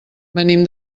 venim